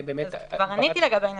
כבר עניתי לגבי נתונים.